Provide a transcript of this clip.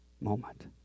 moment